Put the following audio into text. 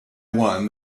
one